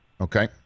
Okay